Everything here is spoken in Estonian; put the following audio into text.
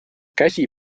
käsi